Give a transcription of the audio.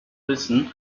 wissen